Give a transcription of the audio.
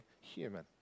human